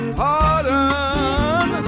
pardon